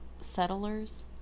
settlers